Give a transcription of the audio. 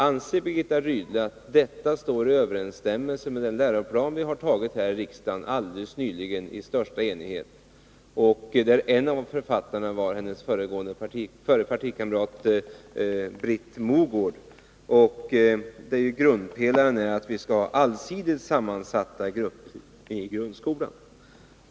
Anser Birgitta Rydle att detta står i överensstämmelse med den läroplan som vi alldeles nyligen i största enighet har beslutat om här i riksdagen? Birgitta Rydles partikamrat Britt Mogård är en av författarna till den läroplanen, där grundtanken är att vi skall ha allsidigt sammansatta grupper i grundskolan.